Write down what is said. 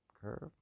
curve